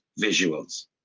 visuals